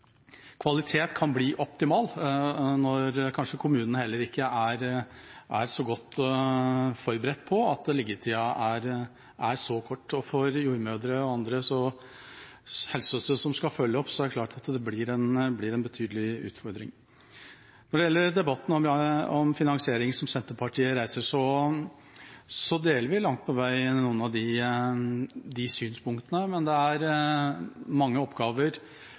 kvalitet kan bli optimal når kommunen kanskje heller ikke er så godt forberedt på at liggetida er så kort. For jordmødre og helsesøstre som skal følge opp, er det klart at det er en betydelig utfordring. Når det gjelder debatten om finansiering som Senterpartiet reiser, deler vi langt på vei noen av synspunktene, men det er mange oppgaver